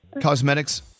Cosmetics